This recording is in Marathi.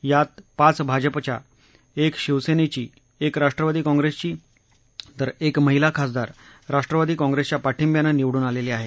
यात पाच भाजपाच्या एक शिवसेनेची एक राष्ट्रवादी काँग्रेसची तर एक महिला खासदार राष्ट्रवादी काँग्रेसच्या पाठिब्यानं निवडून आलेली आहे